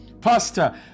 Pastor